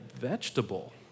vegetable